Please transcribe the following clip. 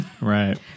right